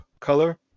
color